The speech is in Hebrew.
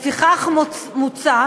לפיכך מוצע